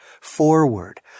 forward